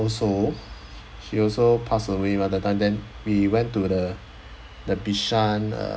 also she also pass away by the time then we went to the the bishan uh